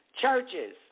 Churches